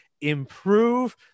Improve